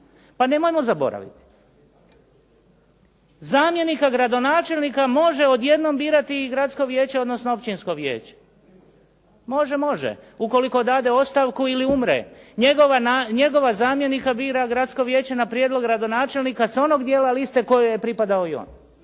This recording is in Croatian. Pa nemojmo zaboraviti, zamjenika gradonačelnika može odjednom birati i gradsko vijeće odnosno općinsko vijeće. Može, može ukoliko dade ostavku ili umre. Njegova zamjenika bira gradsko vijeće na prijedlog gradonačelnika sa onog dijela liste kojoj je pripadao i on.